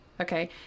Okay